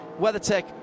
WeatherTech